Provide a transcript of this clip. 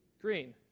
Green